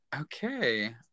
okay